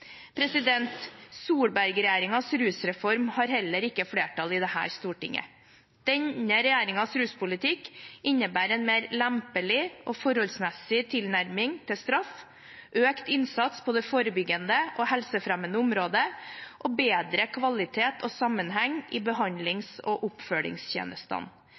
rusreform har heller ikke flertall i dette stortinget. Denne regjeringens ruspolitikk innebærer en mer lempelig og forholdsmessig tilnærming til straff, økt innsats på det forebyggende og helsefremmende området og bedre kvalitet og sammenheng i behandlings- og oppfølgingstjenestene.